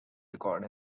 record